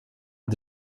att